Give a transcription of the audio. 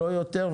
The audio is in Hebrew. לא יותר,